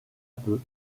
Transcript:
peu